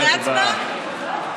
אחרי ההצבעה?